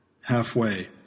halfway